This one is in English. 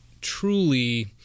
truly